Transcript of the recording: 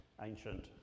ancient